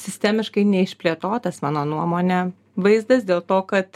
sistemiškai neišplėtotas mano nuomone vaizdas dėl to kad